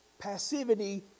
Passivity